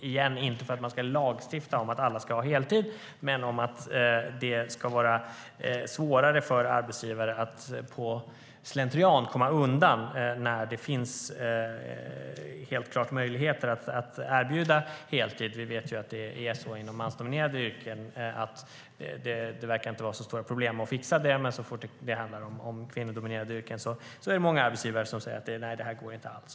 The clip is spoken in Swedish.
Det handlar inte heller här om att man ska lagstifta om att alla ska ha heltid, men det ska vara svårare för arbetsgivare att slentrianmässigt komma undan när det helt klart finns möjligheter att erbjuda heltid. Vi vet ju att det inte verkar vara så stora problem att fixa detta inom mansdominerade yrken, men så fort det handlar om kvinnodominerade yrken är det många arbetsgivare som säger: Nej, det här går inte alls.